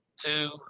two